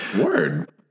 Word